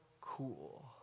cool